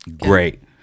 Great